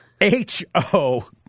H-O